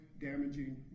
damaging